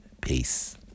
peace